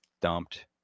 dumped